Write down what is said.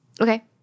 okay